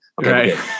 Okay